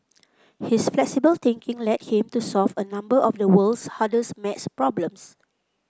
his flexible thinking led him to solve a number of the world's hardest maths problems